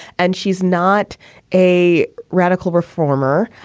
and she's not a radical reformer.